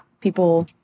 people